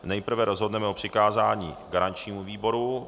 Nejprve rozhodneme o přikázání garančnímu výboru.